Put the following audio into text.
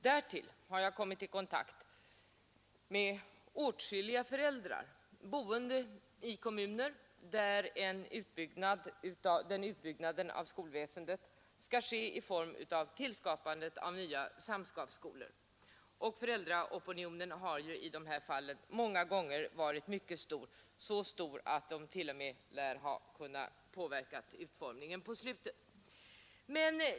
Därtill har jag kommit i kontakt med åtskilliga i form av tillskapandet av nya samskapsskolor. Föräldraopinionen har i de fallen många gånger varit mycket stark, så stark att man t.o.m. lär ha kunnat påverka utformningen i slutskedet.